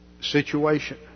situation